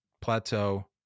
plateau